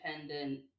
independent